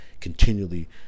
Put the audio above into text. continually